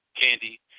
candy